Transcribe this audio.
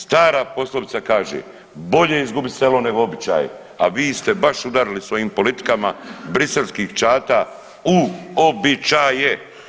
Stara poslovica kaže bolje izgubit selo nego običaje, a vi ste baš udarili svojim politikama briselskih čata u običaje.